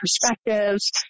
perspectives